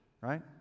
right